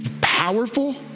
powerful